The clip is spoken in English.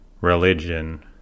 religion